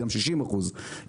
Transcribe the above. זה גם 60% התייצבות,